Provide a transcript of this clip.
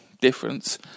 difference